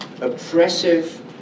oppressive